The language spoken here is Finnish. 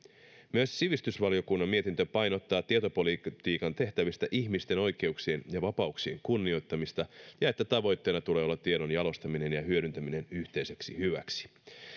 myös sivistysvaliokunnan mietintö painottaa tietopolitiikan tehtävissä ihmisten oikeuksien ja vapauksien kunnioittamista ja sitä että tavoitteena tulee olla tiedon jalostaminen ja hyödyntäminen yhteiseksi hyväksi